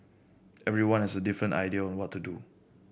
everyone has a different idea on what to do